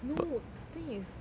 no the thing is